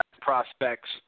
prospects